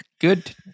Good